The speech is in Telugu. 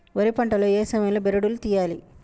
వరి పంట లో ఏ సమయం లో బెరడు లు తియ్యాలి?